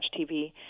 TV